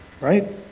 Right